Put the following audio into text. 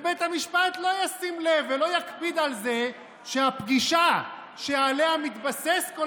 ובית המשפט לא ישים לב ולא יקפיד על זה שהפגישה שעליה מתבסס כל